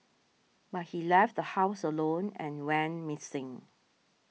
but he left the house alone and went missing